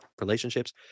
relationships—